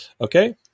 Okay